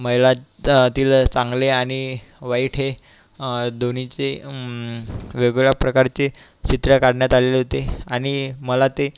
महिला तिला चांगले आणि वाईट हे दोन्हीचे वेगवेगळ्या प्रकारचे चित्रं काढण्यात आलेले होते आणि मला ते